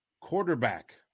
quarterback